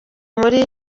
muri